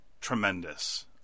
tremendous